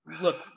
look